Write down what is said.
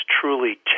truly